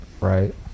right